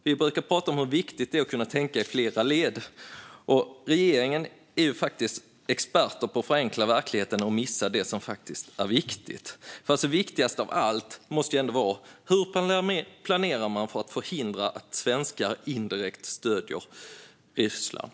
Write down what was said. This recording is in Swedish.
Vi brukar prata om hur viktigt det är att kunna tänka i flera led, och regeringen är experter på att förenkla verkligheten och missa det som faktiskt är viktigt. Viktigast av allt måste ändå vara frågan hur man planerar att förhindra att svenskar indirekt stöder Ryssland.